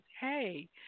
hey